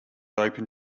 open